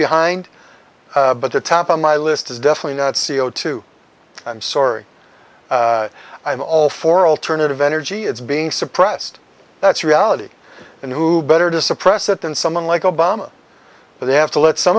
behind but the top on my list is definitely not c o two i'm sorry i'm all for alternative energy it's being suppressed that's reality and who better to suppress it than someone like obama so they have to let some